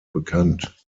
bekannt